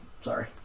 Sorry